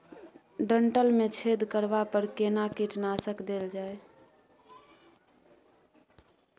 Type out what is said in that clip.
डंठल मे छेद करबा पर केना कीटनासक देल जाय?